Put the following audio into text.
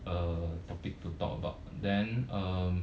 err topic to talk about and then um